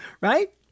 Right